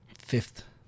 Fifth